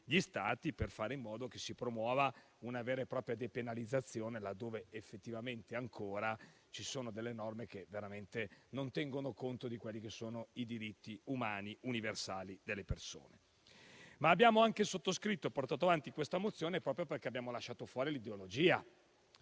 gli Stati per fare in modo che si promuova una vera e propria depenalizzazione, laddove effettivamente ancora ci sono norme che non tengono conto dei diritti umani universali delle persone. Abbiamo sottoscritto e portato avanti questa mozione anche perché abbiamo lasciato fuori l'ideologia;